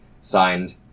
Signed